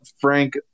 Frank